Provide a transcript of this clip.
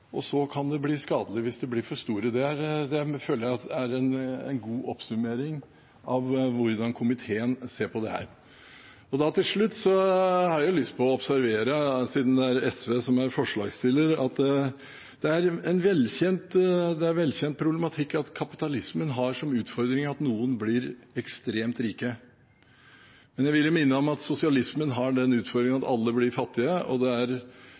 så kan det bli skadelig hvis de blir for store, det føler jeg er en god oppsummering av hvordan komiteen ser på dette. Til slutt har jeg lyst til å komme med en observasjon, siden det er SV som er forslagsstiller. Det er velkjent problematikk at kapitalismen har som utfordring at noen blir ekstremt rike, men jeg vil minne om at sosialismen har den utfordring at alle blir fattige, og det er